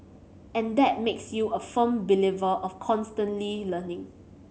and that makes you a firm believer of constantly learning